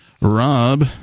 Rob